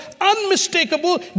unmistakable